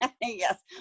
Yes